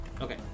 Okay